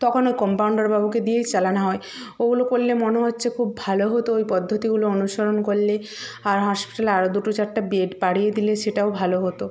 তখন ওই কম্পাউন্ডারবাবুকে দিয়েই চালানো হয় ওগুলো করলে মনে হচ্ছে খুব ভালো হতো ওই পদ্ধতিগুলো অনুসরণ করলে আর হসপিটালে আরো দুটো চারটে বেড বাড়িয়ে দিলে সেটাও ভালো হতো